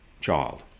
child